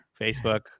Facebook